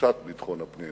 ותחושת ביטחון הפנים